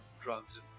drugs